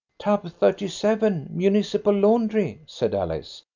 tub thirty seven, municipal laundry, said alice.